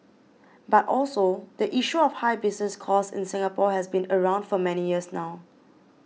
but also the issue of high business costs in Singapore has been around for many years now